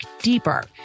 deeper